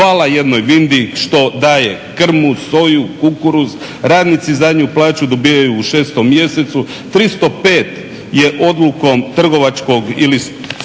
Hvala jednoj Vindiji što daje krmu, soju, kukuruz, radnici zadnju plaću dobijaju u 6.mjesecu, 305 je odlukom trgovačkog ili